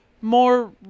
more